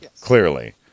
clearly